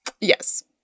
Yes